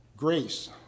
Grace